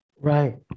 Right